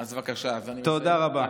אז בבקשה, אז אני, תודה רבה.